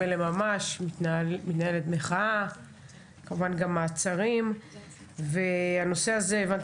הנושא מעצרים פליליים בישראל,